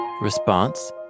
response